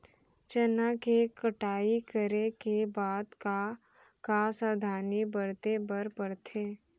चना के कटाई करे के बाद का का सावधानी बरते बर परथे?